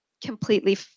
completely